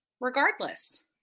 regardless